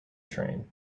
train